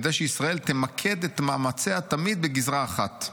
כדי שישראל תמקד את מאמציה תמיד בגזרה אחת.